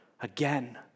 again